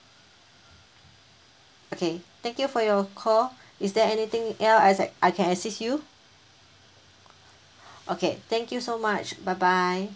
okay thank you for your call is there anything el~ I sa~ I can assist you okay thank you so much bye bye